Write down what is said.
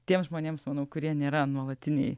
tiems žmonėms kurie nėra nuolatiniai